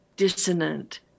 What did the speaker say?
dissonant